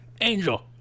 Angel